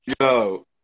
Yo